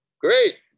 Great